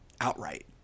outright